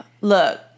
look